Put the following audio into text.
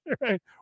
Right